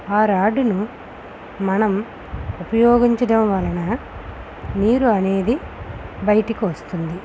ఆ రాడును మనం ఉపయోగించడం వలన నీరు అనేది బయటకు వస్తుంది